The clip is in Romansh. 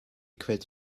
quels